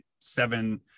seven